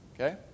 Okay